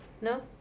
No